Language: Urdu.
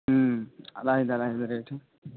ہوں علیٰحدہ علیٰحدہ ریٹ ہیں